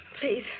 Please